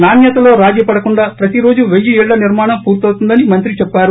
నాణ్యతలో రాజీ పడకుండా ప్రతిరోజు పెయ్యి ఇళ్ళ నిర్మాణం పూర్తవుతోందని మంత్రి చెప్పారు